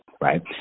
right